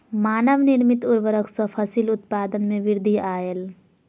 मानव निर्मित उर्वरक सॅ फसिल उत्पादन में वृद्धि आयल